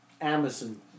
Amazon